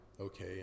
okay